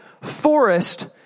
forest